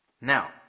Now